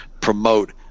promote